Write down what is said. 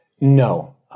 No